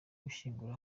gushyingura